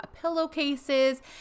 pillowcases